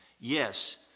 Yes